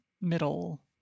middle